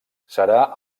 serà